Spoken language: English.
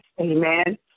Amen